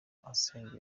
asengera